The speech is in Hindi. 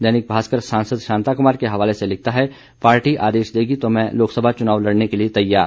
दैनिक भास्कर सांसद शांता कुमार के हवाले से लिखता है पार्टी आदेश देगी तो मैं लोकसभा चुनाव लड़ने के लिए तैयार